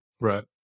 Right